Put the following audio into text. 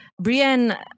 Brienne